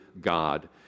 God